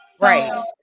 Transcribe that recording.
Right